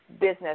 business